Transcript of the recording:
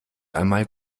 einmal